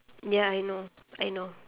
ya I know I know